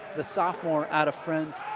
the sophomore out of friends.